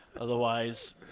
otherwise